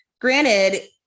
Granted